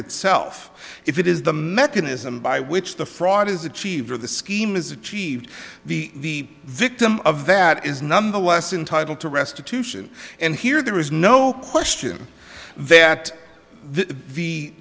itself if it is the mechanism by which the fraud is achieved or the scheme is achieved the victim of that is nonetheless entitle to restitution and here there is no question that the the